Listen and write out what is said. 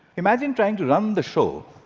imagine trying to run the show,